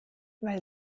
weil